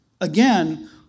Again